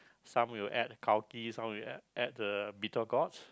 some will add gao di some will add add the bitter gourd